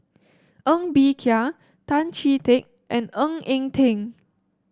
Ng Bee Kia Tan Chee Teck and Ng Eng Teng